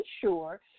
sure